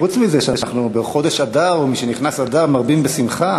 חוץ מזה שאנחנו בחודש אדר ומשנכנס אדר מרבין בשמחה,